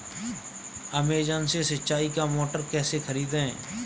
Amazon से सिंचाई का मोटर कैसे खरीदें?